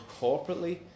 corporately